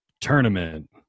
Tournament